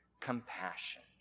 compassion